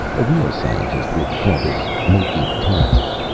a real scientist would call this making tests.